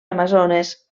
amazones